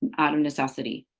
out of necessity.